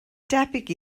debyg